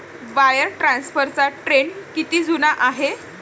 Wire ट्रान्सफरचा trend किती जुना आहे?